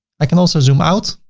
i can also zoom out,